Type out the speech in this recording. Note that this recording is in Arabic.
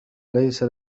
ليس